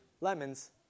lemons